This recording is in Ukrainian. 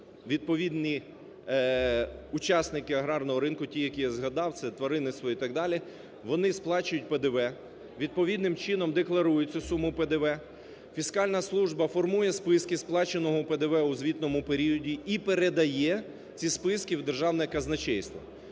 відповідні учасники аграрного ринку, ті, які я згадав, це тваринництво і так далі, вони сплачують ПДВ, відповідним чином декларують цю суму ПДВ. Фіскальна служба формує списки сплаченого ПДВ у звітному періоді і передає ці списки в державне Казначейство.